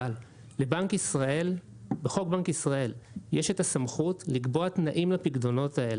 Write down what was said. אבל בחוק בנק ישראל יש סמכות לקבוע תנאים לפיקדונות האלה.